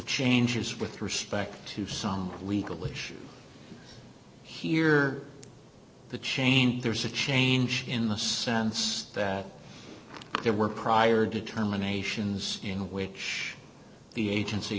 changes with respect to some legal issues here the change there's a change in the sense that there were prior determinations in which the agency